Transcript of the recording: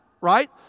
right